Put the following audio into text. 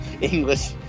English